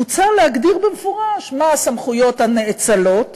מוצע להגדיר במפורש מה הסמכויות הנאצלות,